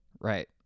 Right